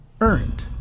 earned